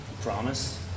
Promise